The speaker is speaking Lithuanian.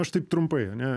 aš taip trumpai ane